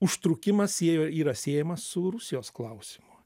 užtrukimas sieja yra siejamas su rusijos klausimu